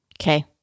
Okay